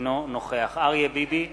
אינו נוכח אריה ביבי,